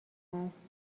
است